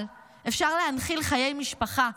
אבל אפשר להנחיל חיי משפחה,